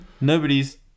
nobody's